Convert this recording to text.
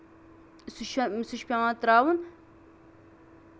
سُہ چھ سُہ چھُ پیوان تراوُن